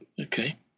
okay